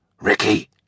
Ricky